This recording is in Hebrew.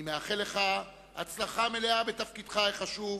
אני מאחל לך הצלחה מלאה בתפקידך החשוב,